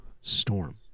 Storm